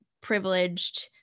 privileged